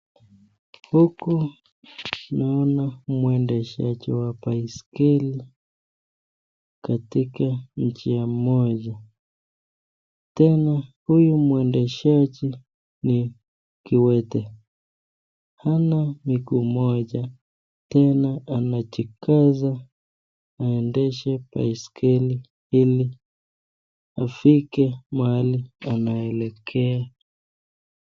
Huku naona mwendeshaji wa baiskeli katika njia moja. Tena huyu mwendeshaji ni kiwete hana miguu moja. Tena anajikasa aendeshe baiskeli ili afike mahali anaelekea.